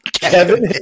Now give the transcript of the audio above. Kevin